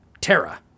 Terra